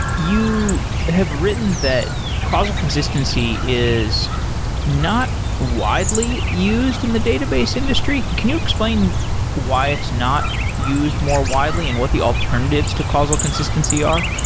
you have written that causal consistency is not widely used in the database industry. can you explain why it's not used more widely and what the alternatives to causal consistency are?